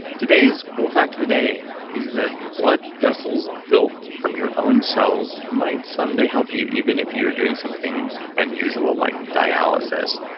today's cool fact of the day is that blood vessels built from your own cells might someday help you even if you're doing something unusual like dialysis.